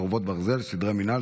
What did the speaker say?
חרבות ברזל) (סדרי מינהל,